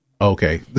Okay